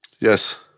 yes